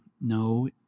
no